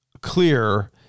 clear